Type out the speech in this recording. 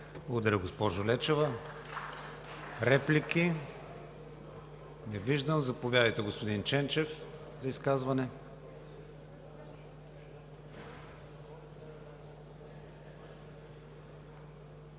Благодаря, госпожо Лечева. Реплики? Не виждам. Заповядайте, господин Ченчев, за изказване.